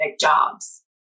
jobs